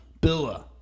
Billa